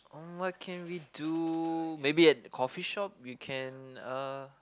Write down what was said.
uh what can we do maybe at the coffee shop we can uh